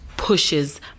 Pushes